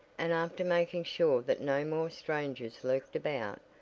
and after making sure that no more strangers lurked about,